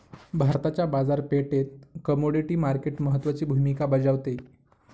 भारताच्या बाजारपेठेत commodity market महत्त्वाची भूमिका बजावते